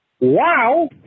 Wow